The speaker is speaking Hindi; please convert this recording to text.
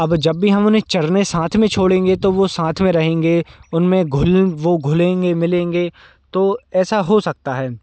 अब जब भी हम उन्हें चरने साथ में छोड़ेंगे तो वह साथ में रहेंगे उनमें घुलेंगे वह घुलेंगे मिलेंगे तो ऐसा हो सकता है